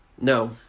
No